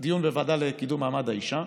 דיון בוועדה לקידום מעמד האישה,